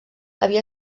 havia